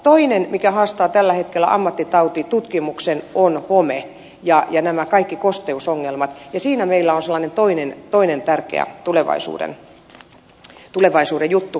toinen mikä haastaa tällä hetkellä ammattitautitutkimuksen on home ja nämä kaikki kosteusongelmat ja siinä meillä on sellainen toinen tärkeä tulevaisuuden juttu